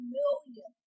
million